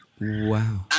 Wow